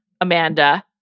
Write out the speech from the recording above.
Amanda